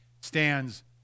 stands